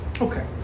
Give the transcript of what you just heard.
Okay